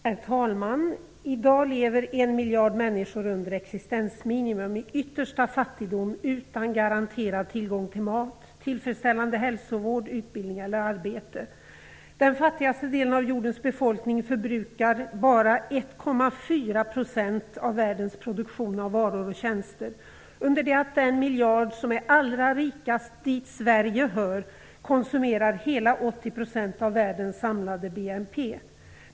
Herr talman! I dag lever en miljard människor under existensminimum. De lever i yttersta fattigdom utan garanterad tillgång till mat, tillfredsställande hälsovård, utbildning eller arbete. Den fattigaste delen av jordens befolkning förbrukar bara 1,4 % av världens produktion av varor och tjänster under det att den miljard som är allra rikast, dit Sverige hör, konsumerar hela 80 % av världens samlade BNP.